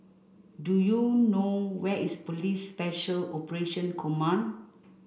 do you know where is Police Special Operation Command